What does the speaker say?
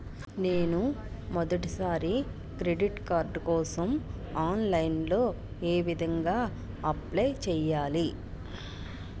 నేను మొదటిసారి credit card కోసం ఆన్లైన్ లో ఏ విధంగా అప్లై చేయాలి?